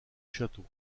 château